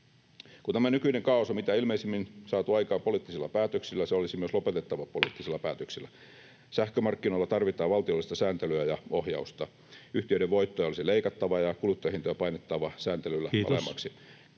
Kun tämä nykyinen kaaos on mitä ilmeisimmin saatu aikaan poliittisilla päätöksillä, se olisi myös lopetettava poliittisilla päätöksillä. Sähkömarkkinoilla tarvitaan valtiollista sääntelyä ja ohjausta. Yhtiöiden voittoja olisi leikattava ja kuluttajahintoja painettava sääntelyllä alemmaksi.